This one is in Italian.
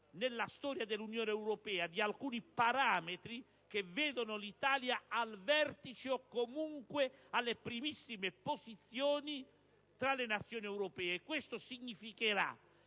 nella storia dell'Unione europea di alcuni parametri che vedono l'Italia al vertice o comunque alle primissime posizioni tra le Nazioni europee, e questo significherà